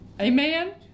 Amen